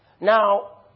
Now